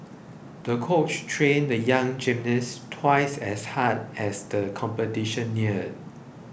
the coach trained the young gymnast twice as hard as the competition neared